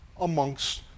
amongst